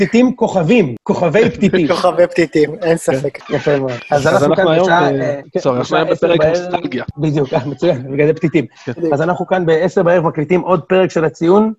פתיתים כוכבים, כוכבי פתיתים. כוכבי פתיתים, אין ספק. יפה מאוד. אז אנחנו כאן בעשר בערב... אז אנחנו היום בפרק של אקסטרולוגיה. בדיוק, מצוין, בגלל הפתיתים. אז אנחנו כאן בעשר בערב מקליטים עוד פרק של הציון.